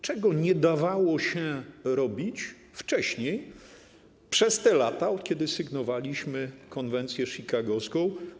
Czego nie dawało się robić wcześniej, przez te lata, od kiedy sygnowaliśmy konwencję chicagowską?